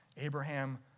Abraham